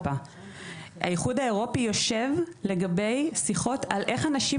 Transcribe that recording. האיחוד האירופי יושב לגבי שיחות על איך אנשים